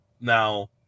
Now